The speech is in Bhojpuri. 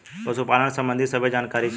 पशुपालन सबंधी सभे जानकारी चाही?